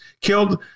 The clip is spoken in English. killed